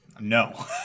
No